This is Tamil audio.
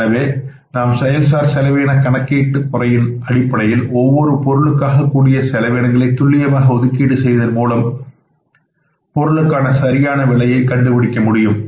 எனவே நாம் செயல் சார் செலவின கணக்கிடும் முறையின் அடிப்படையில் ஒவ்வொரு பொருளுக்காக கூடிய செலவினங்களை துல்லியமாக ஒதுக்கீடு செய்வதன் மூலமாக பொருளுக்கான சரியான விலையை கண்டுபிடிக்க முடியும்